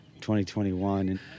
2021